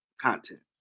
content